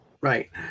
Right